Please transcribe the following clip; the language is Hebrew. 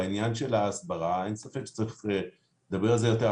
בעניין של ההסברה, אין ספק שצריך לדבר על זה יותר.